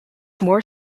more